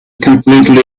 completely